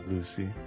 Lucy